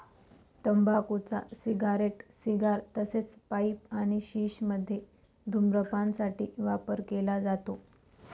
तंबाखूचा cigarette, cigar तसेच pipe आणि शिश मध्ये धूम्रपान साठी वापर केला जातो